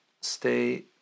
stay